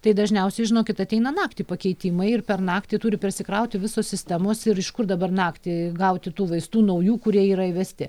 tai dažniausiai žinokit ateina naktį pakeitimai ir per naktį turi persikrauti visos sistemos ir iš kur dabar naktį gauti tų vaistų naujų kurie yra įvesti